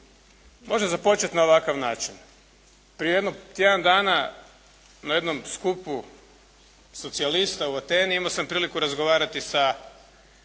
može započeti na ovakav način. Prije jedno tjedan dana na jednom skupu socijalista u Ateni imao sam priliku razgovarati sa